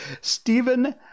Stephen